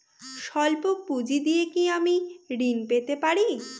সল্প পুঁজি দিয়ে কি আমি ঋণ পেতে পারি?